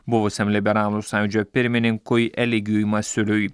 buvusiam liberalų sąjūdžio pirmininkui eligijui masiuliui